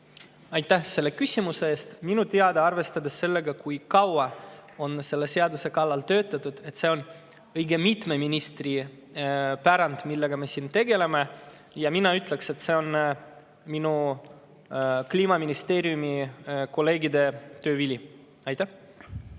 Aitäh selle küsimuse eest! Minu teada, arvestades seda, kui kaua on selle seaduse kallal töötatud, see on õige mitme ministri pärand, millega me siin tegeleme. Ma ütleksin, et see on minu Kliimaministeeriumi kolleegide töö vili. Aitäh